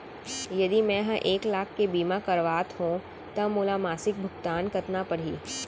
यदि मैं ह एक लाख के बीमा करवात हो त मोला मासिक भुगतान कतना पड़ही?